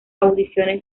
audiciones